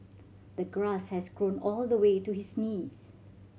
the grass had grown all the way to his knees